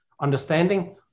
understanding